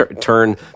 turn